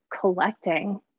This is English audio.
collecting